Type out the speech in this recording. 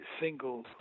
single